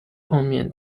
方面